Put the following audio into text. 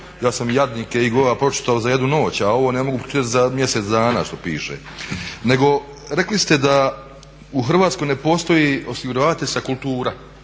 ja sam Jadnike … pročitao za jednu noć, a ovo ne mogu pročitat za mjesec dana što piše. Nego rekli ste da u Hrvatskoj ne postoji osiguravateljska kultura.